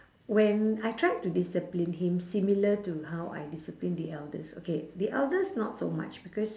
when I tried to discipline him similar to how I discipline the eldest okay the eldest not so much because